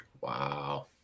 Wow